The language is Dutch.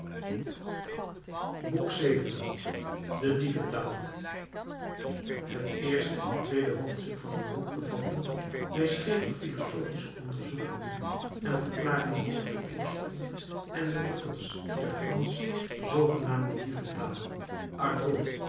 boek vii de dieventaal het eerste en tweede hoofdstuk van dit boek bevatten wijsgeerig philologische onderzoekingen en verklaringen over den oorsprong en de wortels der fransche zoogenaamde dieventaal